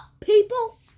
people